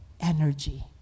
energy